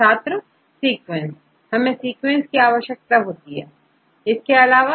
छात्रसीक्वेंस हमें सीक्वेंस की जरूरत होती है और इसके अलावा